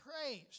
praise